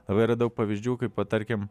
labai yra daug pavyzdžių kaip va tarkim